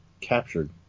captured